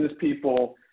people